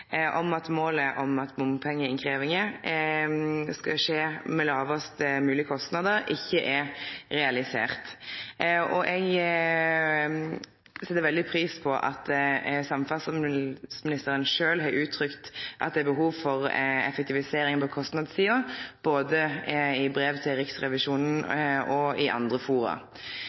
om at bompengeinnkrevjinga skal skje med lågast mogleg kostnader, ikkje er realisert. Eg set veldig pris på at samferdselsministaren sjølv har uttrykt at det er behov for effektivisering på kostnadssida, både i brev til Riksrevisjonen og i andre fora.